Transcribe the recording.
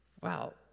Wow